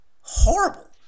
horrible